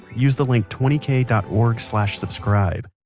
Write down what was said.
use the link twenty k dot org slash subscribe.